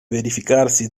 verificarsi